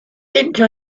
into